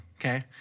okay